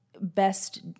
best